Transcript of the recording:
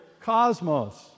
cosmos